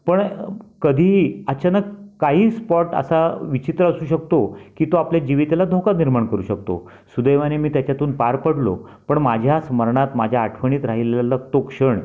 पण कधीही अचानक काही स्पॉट असा विचित्र असू शकतो की तो आपल्या जीविताला धोका निर्माण करू शकतो सुदैवाने मी त्याच्यातून पार पडलो पण माझ्या स्मरणात माझ्या आठवणीत राहिलेला तो क्षण